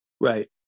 right